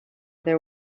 there